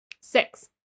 Six